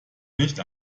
nicht